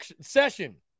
session